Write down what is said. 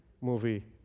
movie